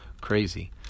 Crazy